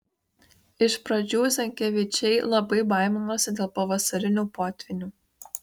iš pradžių zenkevičiai labai baiminosi dėl pavasarinių potvynių